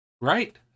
Right